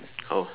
oh